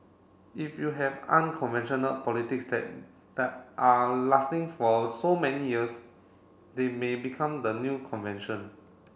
if you have unconventional politics that that are lasting for so many years they may become the new convention